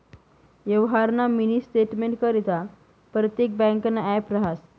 यवहारना मिनी स्टेटमेंटकरता परतेक ब्यांकनं ॲप रहास